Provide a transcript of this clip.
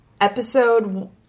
episode